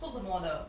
做什么的